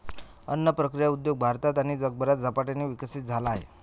अन्न प्रक्रिया उद्योग भारतात आणि जगभरात झपाट्याने विकसित झाला आहे